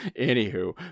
Anywho